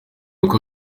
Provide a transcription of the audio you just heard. uko